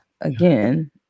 again